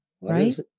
right